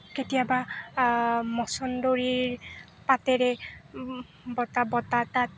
কেতিয়াবা মছন্দৰীৰ পাতেৰে বটা বটা তাত